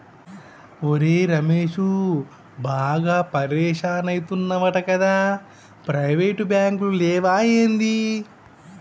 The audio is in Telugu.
ఒరే రమేశూ, బాగా పరిషాన్ అయితున్నవటగదా, ప్రైవేటు బాంకులు లేవా ఏంది